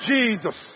Jesus